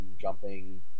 jumping